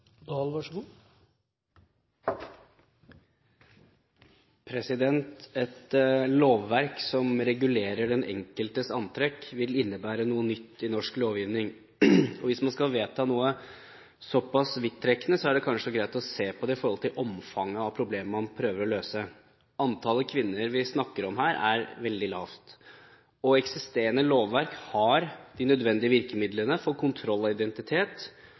noe så pass vidtrekkende, er det kanskje greit å se på det i forhold til omfanget av problemet man prøver å løse. Antallet kvinner vi snakker om her, er veldig lavt. Eksisterende lovverk har de nødvendige virkemidlene for kontroll av identitet, og